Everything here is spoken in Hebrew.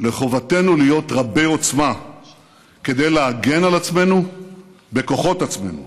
לחובתנו להיות רבי-עוצמה כדי להגן על עצמנו בכוחות עצמנו.